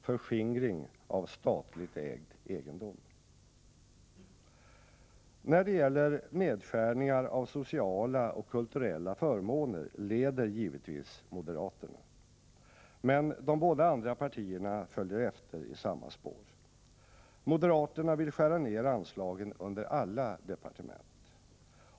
Förskingring av statligt ägd egendom. När det gäller nedskärningar av sociala och kulturella förmåner leder givetvis moderaterna. Men de båda andra partierna följer efter i samma spår. Moderaterna vill skära ned anslagen under alla departement.